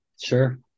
Sure